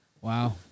Wow